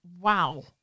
wow